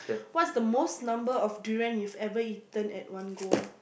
what's the most number of durian you've ever eaten at one go